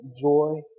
joy